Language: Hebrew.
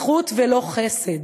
זכות ולא חסד.